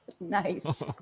Nice